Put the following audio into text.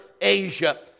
Asia